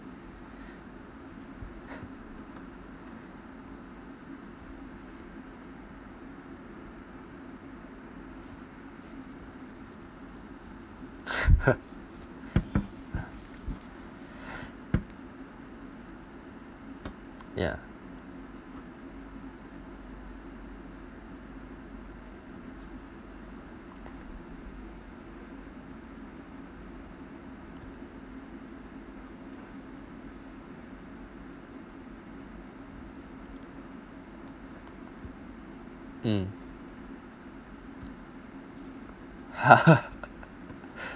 ya mm